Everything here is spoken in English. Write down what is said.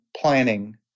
planning